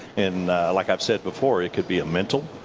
and like i've said before, it could be a mental,